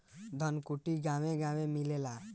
धनकुट्टी गांवे गांवे मिलेला